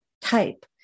type